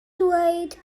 dweud